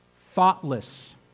thoughtless